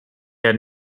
had